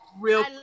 real